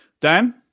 Dan